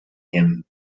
him